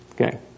Okay